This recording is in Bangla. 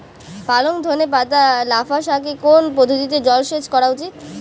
পালং ধনে পাতা লাফা শাকে কোন পদ্ধতিতে জল সেচ করা উচিৎ?